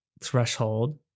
threshold